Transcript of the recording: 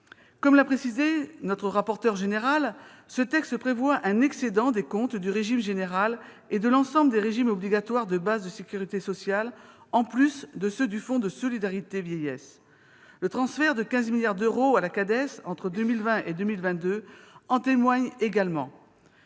Comme l'a expliqué notre rapporteur général, ce texte prévoit un excédent des comptes du régime général et de l'ensemble des régimes obligatoires de base de sécurité sociale, en plus de ceux du Fonds de solidarité vieillesse. Le transfert de 15 milliards d'euros à la CADES, entre 2020 et 2022, en témoigne également.